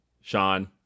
Sean